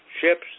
ships